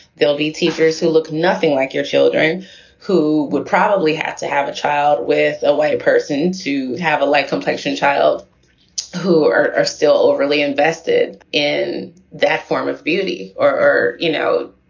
they'll be teachers who look nothing like your children who would probably have to have a child with a white person to have a light complexion child who are still overly invested in that form of beauty or, you know,